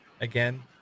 again